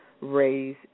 raise